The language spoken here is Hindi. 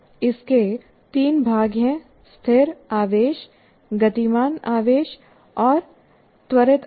इसके तीन भाग हैं स्थिर आवेश गतिमान आवेश और त्वरित आवेश